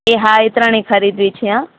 એ હા એ ત્રણે ખરીદવી છે હા